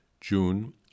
June